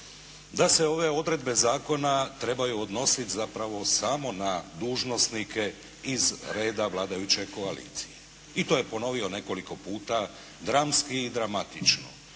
da se ove odredbe zakona trebaju odnositi zapravo samo na dužnosnike iz reda vladajuće koalicije i to je ponovio nekoliko puta dramski i dramatično,